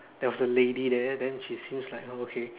there was a lady there then she seems like oh okay